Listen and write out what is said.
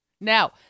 Now